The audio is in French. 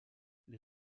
les